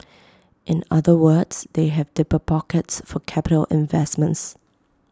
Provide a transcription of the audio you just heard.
in other words they have deeper pockets for capital investments